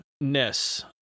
ness